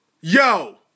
yo